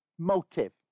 motive